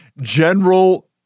general